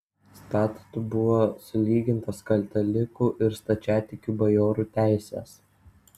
statutu buvo sulygintos katalikų ir stačiatikių bajorų teisės